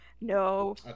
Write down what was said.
No